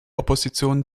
opposition